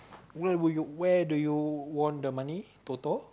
where were you where do you won the money Toto